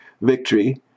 victory